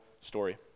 story